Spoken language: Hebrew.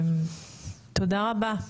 תודה רבה.